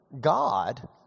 God